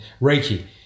Reiki